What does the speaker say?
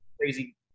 crazy